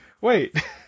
wait